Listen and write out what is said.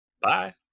Bye